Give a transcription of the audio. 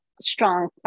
strong